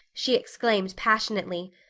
she exclaimed passionately.